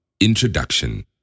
Introduction